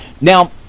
Now